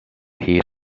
heat